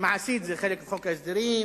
מעשית זה חלק מחוק ההסדרים.